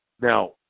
Now